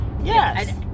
Yes